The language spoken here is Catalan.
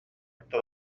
acta